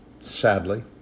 sadly